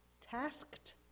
Tasked